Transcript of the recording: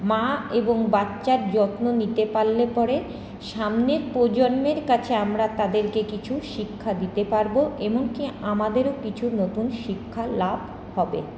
মা এবং বাচ্চার যত্ন নিতে পারলে পরে সামনের প্রজন্মের কাছে আমরা তাদেরকে কিছু শিক্ষা দিতে পারব এমনকি আমাদেরও কিছু নতুন শিক্ষা লাভ হবে